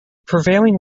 prevailing